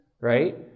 right